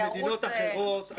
במדינות אחרות,